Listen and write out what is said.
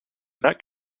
that